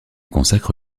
consacre